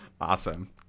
awesome